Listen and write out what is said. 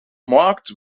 marked